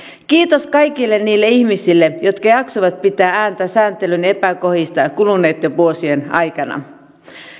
kiitos kaikille niille ihmisille jotka jaksoivat pitää ääntä sääntelyn epäkohdista kuluneitten vuosien aikana